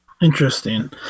Interesting